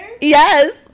Yes